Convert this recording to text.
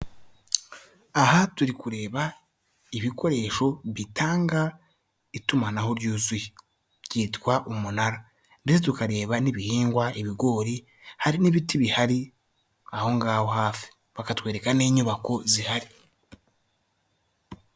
Aha turi kureba ibikoresho bitanga itumanaho ryuzuye byitwa umunara, ndetse tukareba n'ibihingwa ibigori. Hari n'ibiti bihari aho ngaho hafi, bakatwereka n'inyubako zihari.